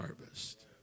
harvest